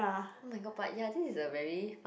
oh-my-god but ya this a very